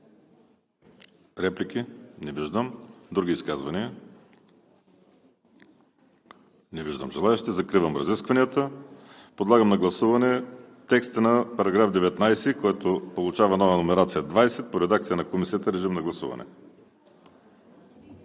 ли? Не виждам. Други изказвания? Не виждам. Закривам разискванията. Подлагам на гласуване текста на § 19, който получава нова номерация § 20 по редакция на Комисията. Гласували